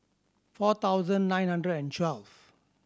four thousand nine hundred and twelve